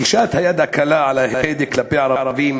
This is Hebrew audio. גישת היד הקלה על ההדק כלפי ערבים